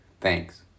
Thanks